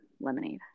lemonade